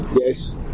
yes